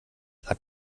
hat